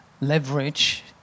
leverage